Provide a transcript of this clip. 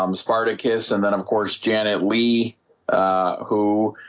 um spartacus and then of course janet lee who?